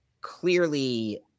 clearly